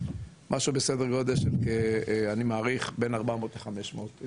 משהו בסדר גודל של כ- אני מעריך בין 400 ל-500 .